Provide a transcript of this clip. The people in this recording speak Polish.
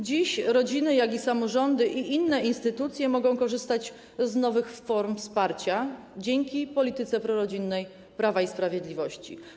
Dziś rodziny, samorządy i inne instytucje mogą korzystać z nowych form wsparcia dzięki polityce prorodzinnej Prawa i Sprawiedliwości.